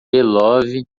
love